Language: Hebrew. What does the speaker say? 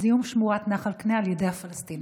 זיהום שמורת נחל קנה על ידי הפלסטינים.